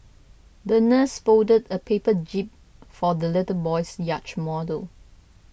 the nurse folded a paper jib for the little boy's yacht model